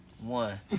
One